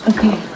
Okay